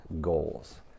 goals